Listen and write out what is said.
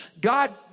God